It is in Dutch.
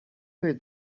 werd